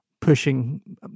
pushing